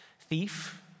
Thief